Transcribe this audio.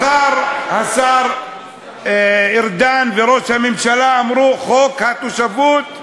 מחר, השר ארדן וראש הממשלה אמרו, חוק התושבות,